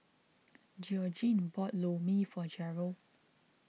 Georgene bought Lor Mee for Gerold